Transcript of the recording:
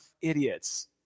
idiots